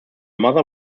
mother